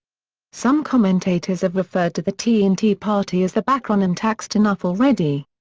some commentators have referred to the tea in tea party as the backronym taxed enough already.